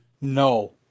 No